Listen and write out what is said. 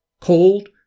cold